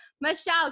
Michelle